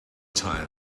time